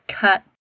cut